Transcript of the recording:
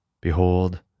Behold